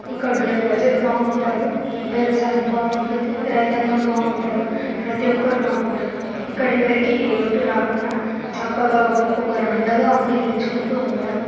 ఇక్కడ ఉండే ప్రజలు బాగుంటారు వ్యవసాయం బాగుంటుంది రైతాంగం బాగుంటారు ప్రతి ఒక్కరు బాగుంటారు ఇక్కడ ఎవరికీ ఏ లోటు రాకూండా చక్కగా ఒకరికొకరు అండగా ఉండి నిలుచుకుంటూ ఉంటారు